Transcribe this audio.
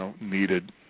needed